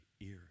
ears